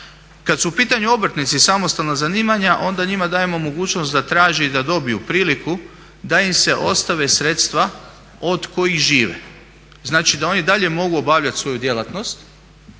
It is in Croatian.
Kad su u pitanju obrtnici i samostalna zanimanja onda njima dajemo mogućnost da traži i da dobiju priliku da im se ostave sredstva od kojih žive. Znači, da oni i dalje mogu obavljati svoju djelatnost,